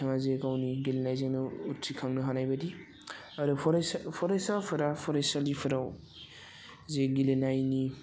बिथाङा जे गावनि गेलेनायजोंनो उथ्रिखांनो हानायबादि आरो फरायसा फरायसाफोरा फरायसालिफोराव जि गेलेनायनि